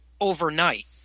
overnight